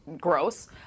gross